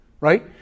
Right